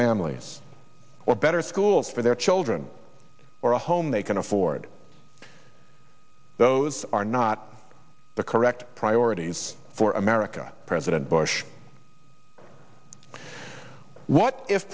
families or better schools for their children or a home they can afford those are not the correct priorities for america president bush what if